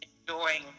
enjoying